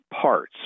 parts